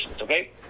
okay